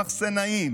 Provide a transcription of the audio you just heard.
מחסנאים,